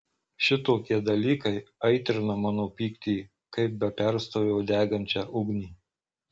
šitokie dalykai aitrina mano pyktį kaip be perstojo degančią ugnį